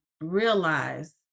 realize